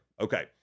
Okay